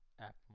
app